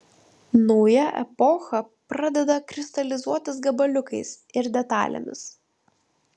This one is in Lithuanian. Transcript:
nauja epocha pradeda kristalizuotis gabaliukais ir detalėmis